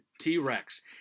T-Rex